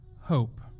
hope